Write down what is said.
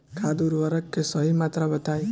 खाद उर्वरक के सही मात्रा बताई?